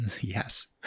Yes